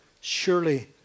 Surely